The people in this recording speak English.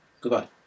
Goodbye